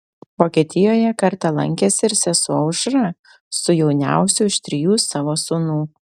vokietijoje kartą lankėsi ir sesuo aušra su jauniausiu iš trijų savo sūnų